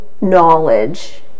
knowledge